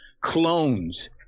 clones